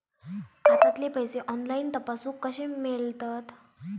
खात्यातले पैसे ऑनलाइन तपासुक कशे मेलतत?